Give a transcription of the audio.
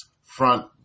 front